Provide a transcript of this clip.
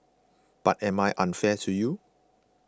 but am I unfair to you